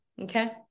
Okay